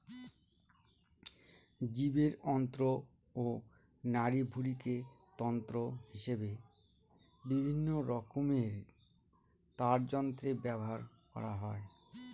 জীবের অন্ত্র ও নাড়িভুঁড়িকে তন্তু হিসেবে বিভিন্নরকমের তারযন্ত্রে ব্যবহার করা হয়